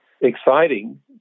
exciting